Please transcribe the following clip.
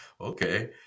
Okay